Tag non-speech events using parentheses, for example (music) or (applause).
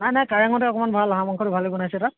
নাই নাই কাৰেঙতে (unintelligible)